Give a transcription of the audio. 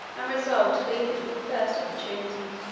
um resolved to leave it with the first opportunity.